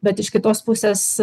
bet iš kitos pusės